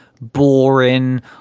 boring